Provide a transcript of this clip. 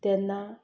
तेन्ना